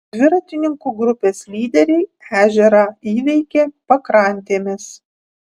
dviratininkų grupės lyderiai ežerą įveikė pakrantėmis